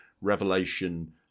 revelation